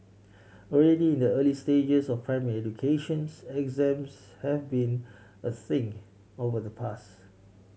already in the early stages of primary educations exams have been a thing of the past